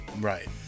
Right